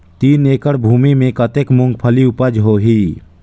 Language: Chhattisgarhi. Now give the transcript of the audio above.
तीन एकड़ भूमि मे कतेक मुंगफली उपज होही?